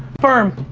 firm.